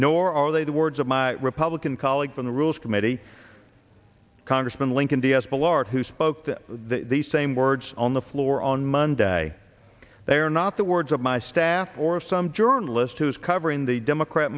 nor are they the words of my republican colleagues on the rules committee congressman lincoln vs billard who spoke to the same words on the floor on monday they are not the words of my staff or some journalist who is covering the democrat